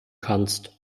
kannst